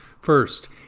First